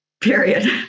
period